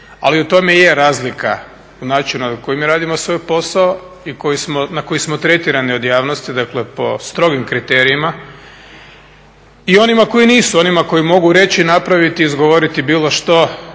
Ali u tome i je razlika u načinu na koji mi radimo svoj posao i na koji smo tretirani od javnosti, dakle po strogim kriterijima i onima koji nisu. Onima koji mogu reći, napraviti, izgovoriti bilo što,